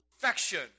perfection